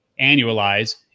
Annualize